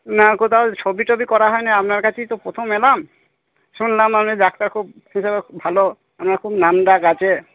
না কোথাও ছবি টবি করা হয়নি আপনার কাছেই তো প্রথম এলাম শুনলাম আপনি ডাক্তার খুব ভালো আপনার খুব নামডাক আছে